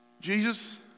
Jesus